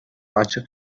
ачык